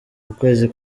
ukwezi